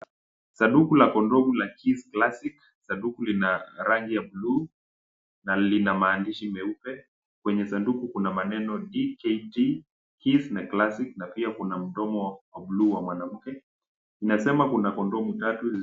Sanduku la kondomu la Kiss Classic. Sanduku lina rangi ya bluu na lina maandishi meupe kwenye sanduku kuna maneno dkt, kiss na classic na pia kuna mdmo wa bluu wa mwanamke. Unasema kuna kondomu tatu.